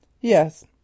Yes